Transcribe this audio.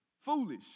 foolish